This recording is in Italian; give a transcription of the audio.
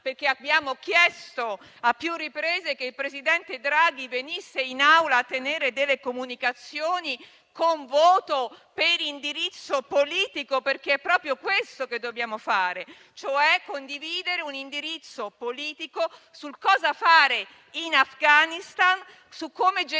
riprese abbiamo fatto affinché il presidente Draghi venisse in Aula a tenere comunicazioni con voto per indirizzo politico, perché è proprio questo che dobbiamo fare, condividere cioè un indirizzo politico su che cosa fare in Afghanistan e su come gestire